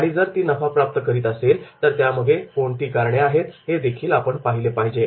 आणि जर ती नफा प्राप्त करीत असेल तर त्यामागे कोणती कारणे आहेत हे देखील आपण पाहिले पाहिजे